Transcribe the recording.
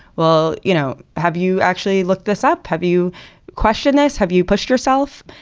well, you know, have you actually looked this up? have you question this? have you pushed yourself?